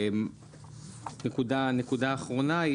נקודה אחרונה,